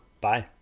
Bye